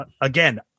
Again